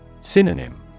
Synonym